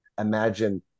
imagine